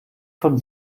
von